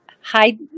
Hi